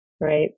Right